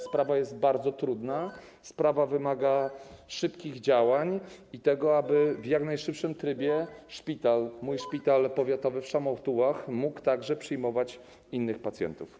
Sprawa jest bardzo trudna, wymaga szybkich działań i tego, aby w jak najszybszym trybie szpital, mój szpital powiatowy w Szamotułach mógł także przyjmować innych pacjentów.